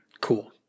Cool